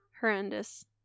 Horrendous